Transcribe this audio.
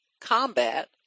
combat